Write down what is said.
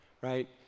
right